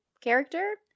character